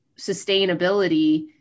sustainability